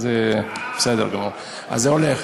אז זה בסדר גמור, אז זה הולך.